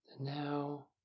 Now